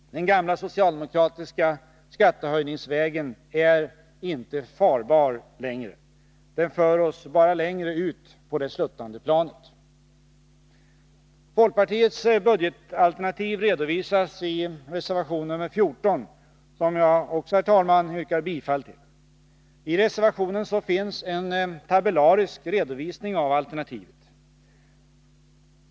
Den gamla socialdemokratiska skattehöjningsvägen är inte farbar längre. Den för oss bara längre ut på det sluttande planet. Folkpartiets budgetalternativ redovisas i reservation nr 14, som jag också, herr talman, yrkar bifall till. I reservationen finns en tabellarisk redovisning av vårt alternativ.